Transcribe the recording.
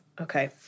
okay